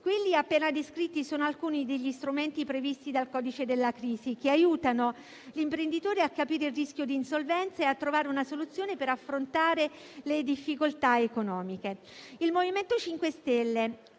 Quelli appena descritti sono alcuni degli strumenti previsti dal codice della crisi che aiutano gli imprenditori a capire il rischio di insolvenza e a trovare una soluzione per affrontare le difficoltà economiche. Il MoVimento 5 Stelle